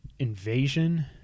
Invasion